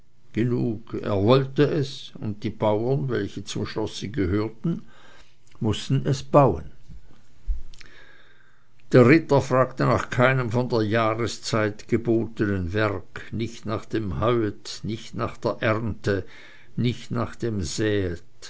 genug er wollte es und die bauern welche zum schlosse gehörten mußten es bauen der ritter fragte nach keinem von der jahreszeit gebotenen werk nicht nach dem heuet nicht nach der ernte nicht nach dem säet